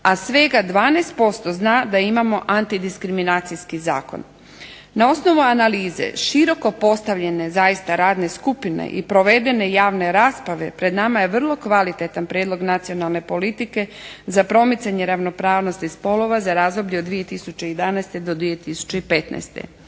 a svega 12% zna da imamo antidiskriminacijski zakon. Na temelju analize široko postavljene radne skupine i provedene javne rasprave pred nama je vrlo kvalitetan prijedlog nacionalne politike za promicanje ravnopravnosti spolova za razdoblje od 2011. do 2015.